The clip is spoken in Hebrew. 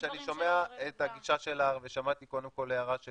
כשאני שומע את הגישה שלך ושמעתי קודם הערה של